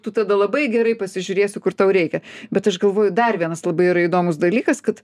tu tada labai gerai pasižiūrėsi kur tau reikia bet aš galvoju dar vienas labai yra įdomus dalykas kad